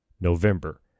November